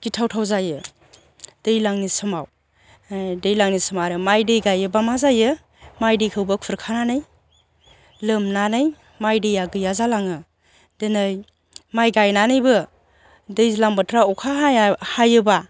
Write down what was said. गिथाव थाव जायो दैलांनि समाव दैलांनि समाव आरो माइ दै गाइयोबा मा जायो माइ दैखौबो खुरखानानै लोमनानै माइ दैया गैया जालाङो दोनै माइ गायनानैबो दैज्लां बोथोराव अखा हाया हायोबा